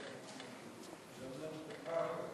השר, תראה,